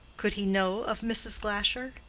could he know of mrs. glasher?